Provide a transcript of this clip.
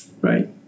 Right